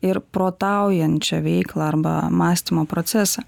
ir protaujančią veiklą arba mąstymo procesą